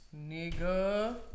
Nigga